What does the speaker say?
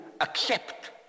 accept